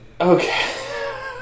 Okay